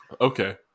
Okay